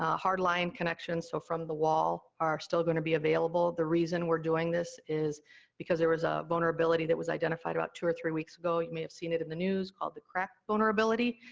ah hard line connections, so, from the wall, are still gonna be available. the reason we're doing this is because there was a vulnerability that was identified about two or three weeks ago, you may have seen it in the news, called the krack vulnerability,